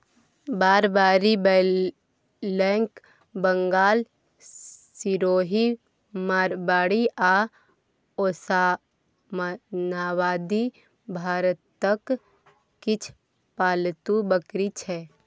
Barbari, black Bengal, Sirohi, Marwari आ ओसमानाबादी भारतक किछ पालतु बकरी छै